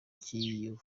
kivuye